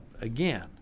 again